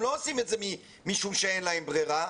הם לא עושים את זה משום שאין להם ברירה.